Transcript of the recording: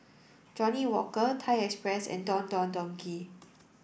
Johnnie Walker Thai Express and Don Don Donki